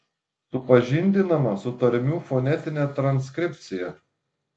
supažindinama su tarmių fonetine transkripcija